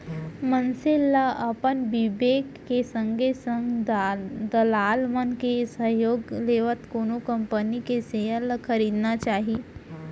मनसे मन ल अपन बिबेक के संगे संग दलाल मन के सहयोग लेवत कोनो कंपनी के सेयर ल खरीदना चाही